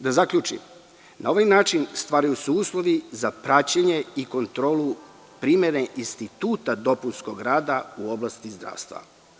Da zaključim, na ovaj način stvaraju se uslovi za praćenje i kontrolu primene instituta dopunskog rada u oblasti zdravstva.